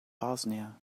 bosnia